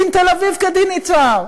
דין תל-אביב כדין יצהר,